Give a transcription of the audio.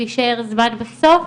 ויישאר זמן בסוף,